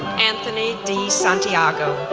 anthony de santiago,